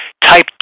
Type